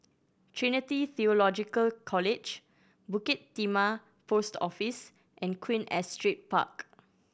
Trinity Theological College Bukit Timah Post Office and Queen Astrid Park